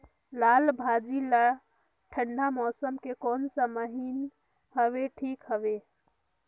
लालभाजी ला ठंडा मौसम के कोन सा महीन हवे ठीक हवे?